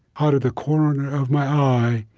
out of the corner of my eye,